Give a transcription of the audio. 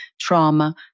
trauma